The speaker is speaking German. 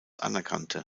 anerkannte